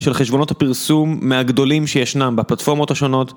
של חשבונות הפרסום מהגדולים שישנם בפלטפורמות השונות.